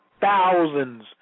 thousands